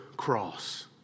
cross